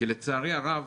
כי לצערי הרב,